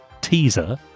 teaser